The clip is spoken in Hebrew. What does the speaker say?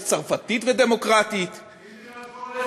יש צרפתית ודמוקרטית, יש מדינת כל אזרחיה.